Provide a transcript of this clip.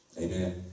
Amen